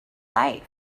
life